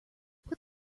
put